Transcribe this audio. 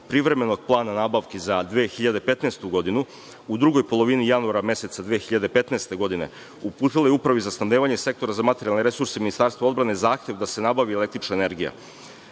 privremenog plana nabavki za 2015. godinu u drugoj polovini janura meseca 2015. godine uputila je Upravi za snabdevanje Sektora za materijalne resurse Ministarstva odbrane zahtev da se nabavi električna energija.